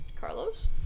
Carlos